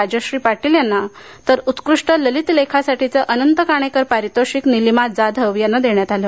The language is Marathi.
राजश्री पाटील यांना तर उत्कृष्ट ललित लेखासाठीचे अनंत काणेकर पारितोषिक नीलिमा जाधव यांना देण्यात आले